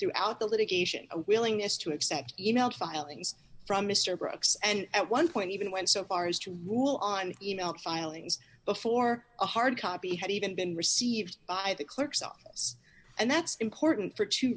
throughout the litigation a willingness to accept email filings from mr brooks and one point even went so far as to rule on e mail filings before a hard copy had even been received by the clerk's office and that's important for two